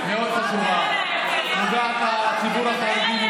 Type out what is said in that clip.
תשבי, תירגעי.